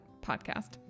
podcast